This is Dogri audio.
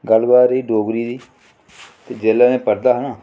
गल्लबात रेही डोगरी दी ते जेल्लै में पढ़दा हा ना